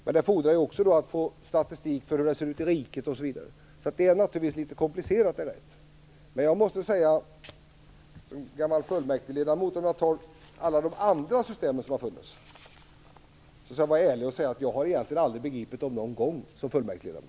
Men det fordrar ju också statistik över hela riket osv. Så det hela blir litet komplicerat. Som gammal fullmäktigeledamot skall jag vara ärlig och säga att jag egentligen aldrig någon gång har begripit alla de andra system som har funnits.